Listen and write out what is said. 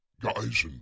Guy's